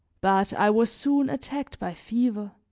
but i was soon attacked by fever.